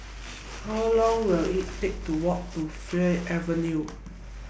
How Long Will IT Take to Walk to Fray Avenue